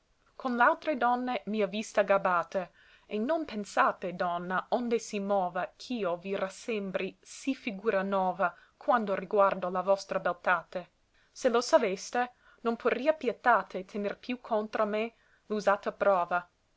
con l'altre donne mia vista gabbate e non pensate donna onde si mova ch'io vi rassembri sì figura nova quando riguardo la vostra beltate se lo saveste non porìa pietate tener più contra me l'usata prova